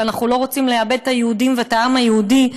ואנחנו לא רוצים לאבד את היהודים ואת העם היהודי,